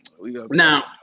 Now